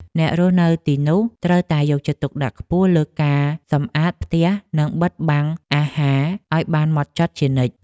អ្នករស់នៅទីនោះត្រូវតែយកចិត្តទុកដាក់ខ្ពស់លើការសម្អាតផ្ទះនិងបិទបាំងអាហារឱ្យបានហ្មត់ចត់ជានិច្ច។